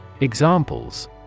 Examples